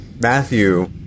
Matthew